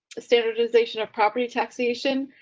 the standardization of property taxation.